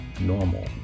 normal